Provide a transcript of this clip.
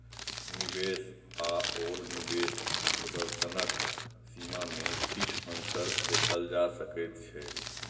निवेश आओर निवेश प्रदर्शनक सीमामे किछु अन्तर देखल जा सकैत छै